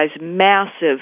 massive